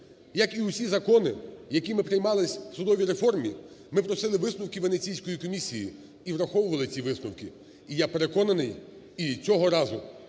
Як і всі закони, які ми приймали в судовій реформі, ми просили висновки Венеційської комісії і враховували ці висновки. І, я переконаний, і цього разу,